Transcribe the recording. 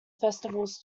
festivals